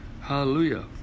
Hallelujah